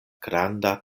granda